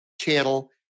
channel